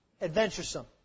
adventuresome